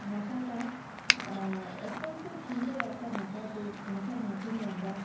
ভাষাটা অত্যন্তই সুন্দর একটা ভাষা যেই ভাষার মাধ্যমে আমরা